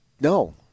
No